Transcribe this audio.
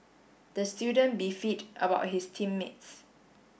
the student about his team mates